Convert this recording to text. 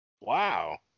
Wow